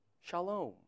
Shalom